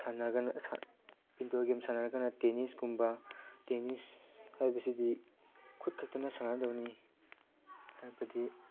Indore game ꯁꯥꯟꯅꯔꯒꯅ ꯇꯦꯅꯤꯁꯀꯨꯝꯕ tennis ꯍꯥꯏꯕꯁꯤꯗꯤ ꯈꯨꯠ ꯈꯛꯇꯅ ꯁꯥꯟꯅꯗꯧꯅꯤ ꯍꯥꯏꯕꯗꯤ